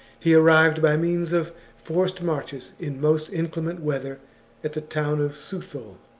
he arrived by means of forced marches in most inclement weather at the town of suthul,